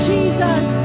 Jesus